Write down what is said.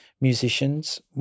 musicians